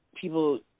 people